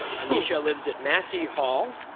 anisha lives at massey hall,